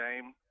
game